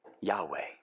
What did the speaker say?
Yahweh